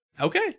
Okay